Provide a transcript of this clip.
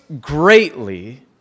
greatly